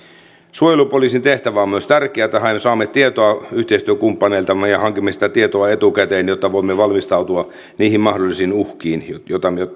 suojelupoliisin tehtävä on myös tärkeä että saamme tietoa yhteistyökumppaneiltamme ja hankimme sitä tietoa etukäteen jotta voimme valmistautua niihin mahdollisiin uhkiin